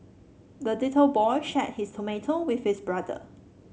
the little boy shared his tomato with his brother